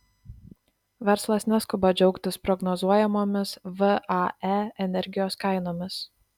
verslas neskuba džiaugtis prognozuojamomis vae energijos kainomis